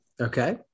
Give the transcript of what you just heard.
Okay